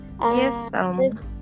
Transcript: Yes